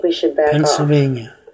Pennsylvania